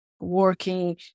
working